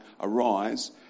arise